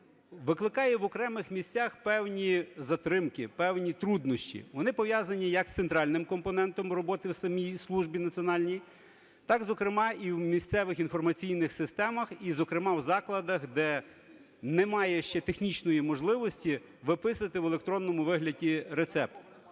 викликає в окремих місцях певні затримки, певні труднощі. Вони пов'язані як з центральним компонентом роботи в самій службі національній, так зокрема і в місцевих інформаційних системах, і зокрема в закладах, де немає ще технічної можливості виписати в електронному вигляді рецепт.